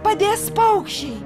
padės paukščiai